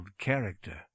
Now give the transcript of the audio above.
character